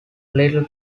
little